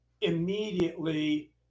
immediately